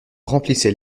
remplissait